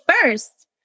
first